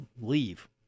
leave